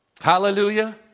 Hallelujah